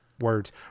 words